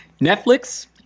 Netflix